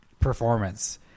performance